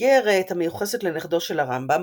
באיגרת המיוחסת לנכדו של הרמב"ם,